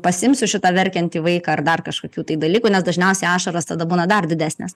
pasiimsiu šitą verkiantį vaiką ar dar kažkokių tai dalykų nes dažniausiai ašaros tada būna dar didesnės